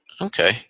Okay